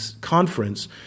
conference